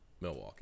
Milwaukee